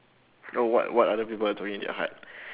you know what what other people are talking in their heart